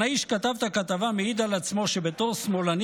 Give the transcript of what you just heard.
העיתונאי שכתב את הכתבה מעיד על עצמו שבתור שמאלני